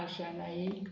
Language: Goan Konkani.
आशा नायक